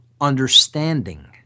understanding